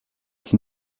sind